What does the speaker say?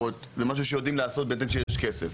זה משהו שיודעים לעשות באמת כשיש כסף.